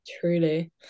truly